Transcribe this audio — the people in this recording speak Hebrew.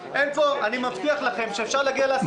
ואני מבטיח לכם שאפשר להגיע להסכמה בעניין הזה.